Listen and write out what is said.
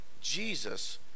Jesus